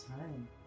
time